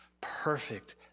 perfect